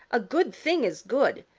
a good thing is good,